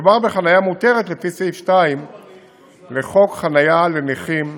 מדובר בחניה מותרת לפי סעיף 2 לחוק חניה לנכים,